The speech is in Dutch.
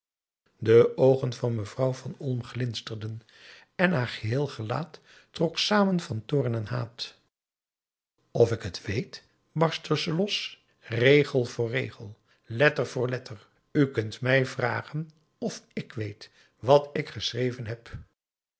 de oogen van mevrouw van olm glinsterden en haar geheel gelaat trok samen van toorn en haat of ik het weet barstte ze los regel voor regel letter voor letter u kunt mij vragen of ik weet wat ik geschreven heb